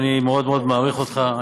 אני מאוד מאוד מאוד מעריך אותך,